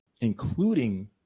including